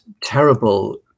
terrible